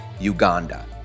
Uganda